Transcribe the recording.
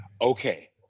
Okay